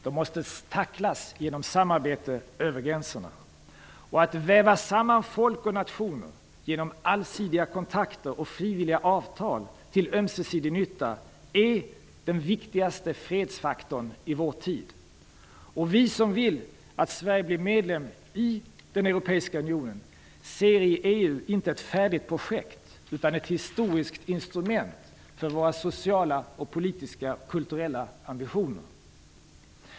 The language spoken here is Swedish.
De måste tacklas genom samarbete över gränserna. Att väva samman folk och nationer genom allsidiga kontakter och frivilliga avtal till ömsesidig nytta är den viktigaste fredsfaktorn i vår tid. Vi som vill att Sverige blir medlem i den europeiska unionen ser i EU inte ett färdigt projekt utan ett historiskt instrument för våra sociala, politiska och kulturella ambitioner.